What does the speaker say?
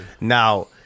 Now